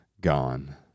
gone